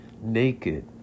naked